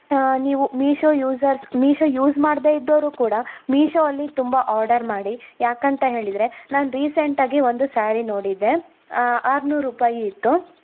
ನೀವು Meesho users Meesho use ಮಾಡದೆ ಇದ್ದವರು ಕೂಡ ಮೀಶೊ ಅಲ್ಲಿ ತುಂಬ ಆರ್ಡರ್ ಮಾಡಿ ಯಾಕಂತ ಹೇಳಿದರೆ ನಾನು ರೀಸೆಂಟ್ ಆಗಿ ಒಂದು ಸ್ಯಾರಿ ನೋಡಿದ್ದೆ ಆರ್ನೂರು ರುಪಾಯಿ ಇತ್ತು